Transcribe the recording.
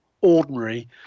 ordinary